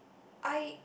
I